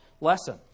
lesson